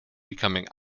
becoming